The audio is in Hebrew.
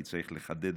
כי צריך לחדד.